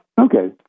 Okay